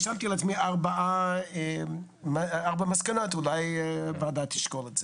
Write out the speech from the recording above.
ארבע מסקנות, אולי הוועדה תשקול את זה.